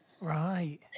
right